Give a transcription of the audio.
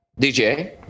DJ